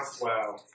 Wow